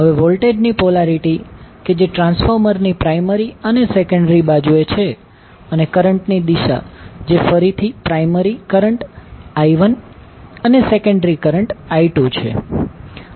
હવે વોલ્ટેજની પોલારિટી કે જે ટ્રાન્સફોર્મરની પ્રાયમરી અને સેકન્ડરી બાજુએ છે અને કરંટની દિશા જે ફરીથી પ્રાયમરી કરંટ I1અને સેકન્ડરી કરંટ I2છે